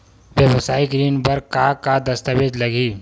वेवसायिक ऋण बर का का दस्तावेज लगही?